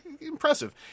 impressive